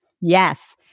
Yes